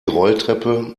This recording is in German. rolltreppe